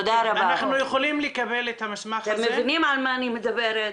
אתם מבינים על מה אני מדברת?